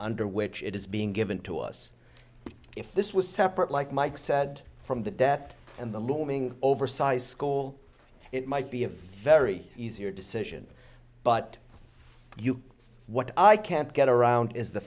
under which it is being given to us if this was separate like mike said from the debt and the looming over size school it might be a very easier decision but you know what i can't get around is the